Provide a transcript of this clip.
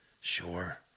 Sure